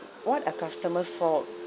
what a customer's fault